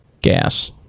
gas